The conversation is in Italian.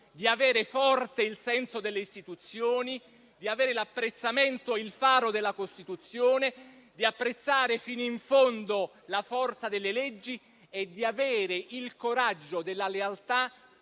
di avere forte il senso delle istituzioni; di avere l'apprezzamento e il faro della Costituzione; di apprezzare fino in fondo la forza delle leggi e di avere il coraggio della lealtà